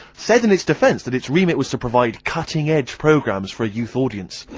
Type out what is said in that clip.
said in its defence that its remit was to provide cutting edge programmes for a youth audience.